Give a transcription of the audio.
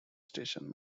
station